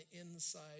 inside